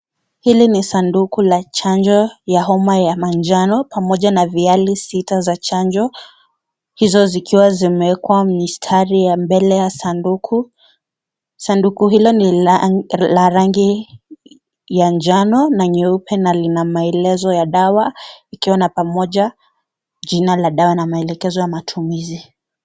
Hili sanduku la chanjo ya homa ya manjano pamoja na viali sita za chanjo zikiwa zimewekwa mistari ya mbele na ya sanduku, sanduku hilo ni la rangi ya njano na nyeupe na lina maelezo ya dawa ikiwa na pamoja na jina la dawa na maelekezo ya matumizi.